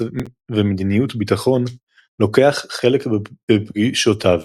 ומדיניות ביטחון לוקח חלק בפגישותיו.